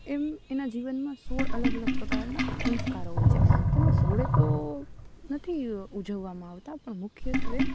એમ એનાં જીવનમાં સોળ અલગ અલગ પ્રકારનાં સંસ્કારો હોય છે તેમાં સોળે તો નથી ઉજવવામાં આવતા પણ મુખ્યત્ત્વે